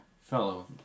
fellow